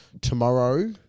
tomorrow